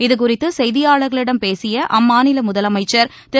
இதுகுறித்து செய்தியாளர்களிடம் பேசிய அம்மாநில முதலமைச்சர் திரு